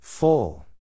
Full